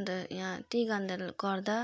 अन्त यहाँ त्यही कारणले गर्दा